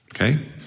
Okay